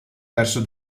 verso